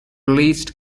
released